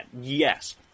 yes